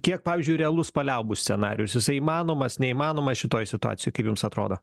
kiek pavyzdžiui realus paliaubų scenarijus jisai įmanomas neįmanomas šitoj situacijoj kaip jums atrodo